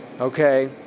okay